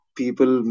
people